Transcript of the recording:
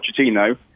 Pochettino